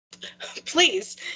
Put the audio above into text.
Please